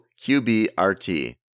QBRT